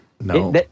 No